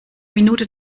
minute